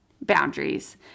Boundaries